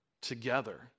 together